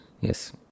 Yes